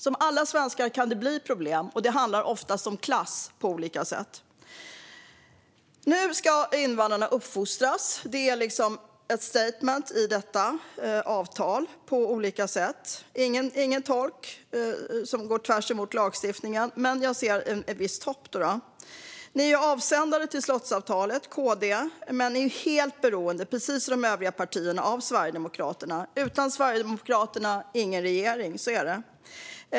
Som alla svenskar kan de bli problem, och det handlar oftast om klass på olika sätt. Nu ska invandrarna uppfostras. Det är liksom ett statement i avtalet. De ska inte få någon tolk, vilket går tvärt emot lagstiftningen. Men jag ser ändå visst hopp. Ni i KD är avsändare till slottsavtalet, men precis som de övriga partierna är ni helt beroende av Sverigedemokraterna. Utan Sverigedemokraterna ingen regering. Så är det.